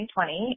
2020